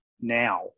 now